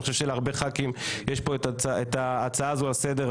אני חושב שלהרבה ח"כים יש פה את ההצעה הזו על סדר-היום.